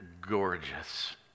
gorgeous